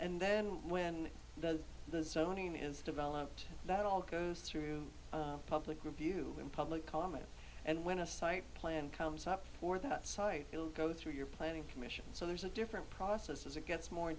and then when the zoning is developed that all goes through public review and public comment and when a site plan comes up for that site you'll go through your planning commission so there's a different process as it gets more